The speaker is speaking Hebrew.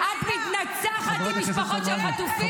את מתנצחת עם משפחות של חטופים.